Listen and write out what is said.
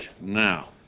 now